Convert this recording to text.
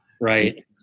Right